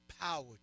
power